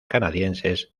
canadienses